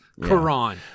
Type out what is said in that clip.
Quran